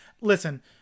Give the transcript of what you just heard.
listen